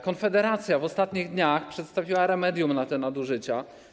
Konfederacja w ostatnich dniach przedstawiła remedium na te nadużycia.